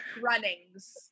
runnings